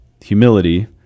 Humility